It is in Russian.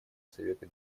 совета